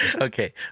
Okay